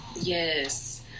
yes